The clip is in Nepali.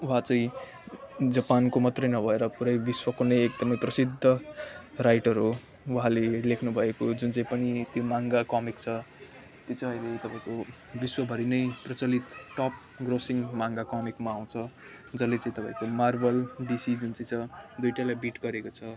उहाँ चाहिँ जापानको मात्रै नभएर पुरै विश्वको नै एकदमै प्रसिद्ध राइटर हो उहाँले लेख्नुभएको जुन चाहिँ पनि त्यो माँङ्गा कमिक्स छ त्यो चाहिँ अहिले तपाईँको विश्वभरि नै प्रचलित टप ग्रसिङ माँङ्गा कमिकमा आउँछ जसले चाहिँ तपाईँको मार्भल डिसी जुन चाहिँ छ दुईवटालाई बिट गरेको छ